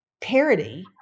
parody